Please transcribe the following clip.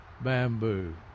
bamboo